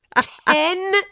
ten